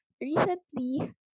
recently